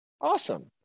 Awesome